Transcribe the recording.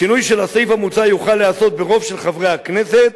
שינוי של הסעיף המוצע יוכל להיעשות ברוב של חברי הכנסת.